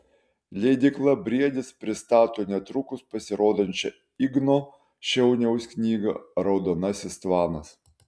leidykla briedis pristato netrukus pasirodysiančią igno šeiniaus knygą raudonasis tvanas